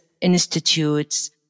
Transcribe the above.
institutes